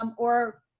um or